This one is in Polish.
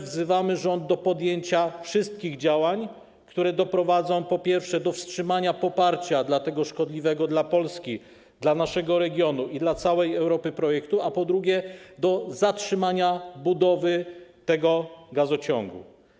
Wzywamy rząd do podjęcia wszystkich działań, które doprowadzą, po pierwsze, do wstrzymania poparcia dla tego szkodliwego dla Polski, dla naszego regionu i dla całej Europy projektu, po drugie, do zatrzymania budowy tego gazociągu.